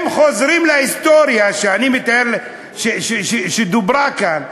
הם חוזרים להיסטוריה שדובר עליה כאן,